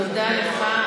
תודה לך.